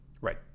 Right